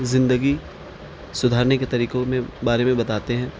زندگی سدھارنے کے طریقوں میں بارے میں بتاتے ہیں